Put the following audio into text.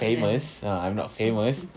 famous ah I'm not famous